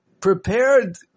prepared